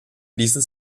ließen